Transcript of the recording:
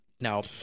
no